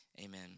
amen